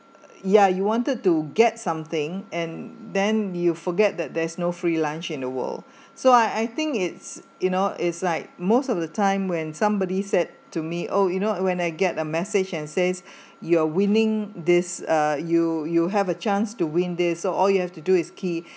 ya you wanted to get something and then you forget that there's no free lunch in the world so I I think it's you know it's like most of the time when somebody said to me oh you know when I get a message and says you are winning this uh you you have a chance to win this so all you have to do is key